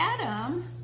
Adam